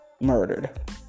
murdered